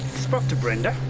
spoke to brenda.